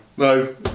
No